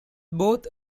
both